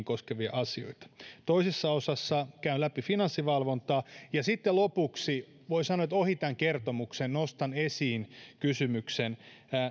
koskevia asioita toisessa osassa käyn läpi finanssivalvontaa ja sitten lopuksi voi sanoa että ohi tämän kertomuksen nostan esiin kysymyksen